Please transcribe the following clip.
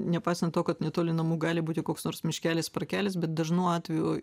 nepaisant to kad netoli namų gali būti koks nors miškelis parkelis bet dažnu atveju